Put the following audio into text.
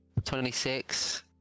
26